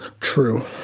true